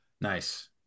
Nice